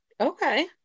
Okay